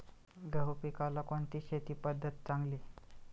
गहू पिकाला कोणती शेती पद्धत चांगली?